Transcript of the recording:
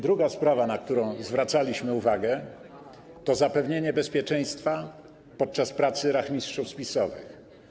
Druga sprawa, na którą zwracaliśmy uwagę, to zapewnienie bezpieczeństwa podczas pracy rachmistrzów spisowych.